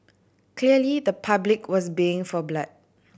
clearly the public was baying for blood